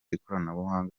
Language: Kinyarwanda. ikoranabuhanga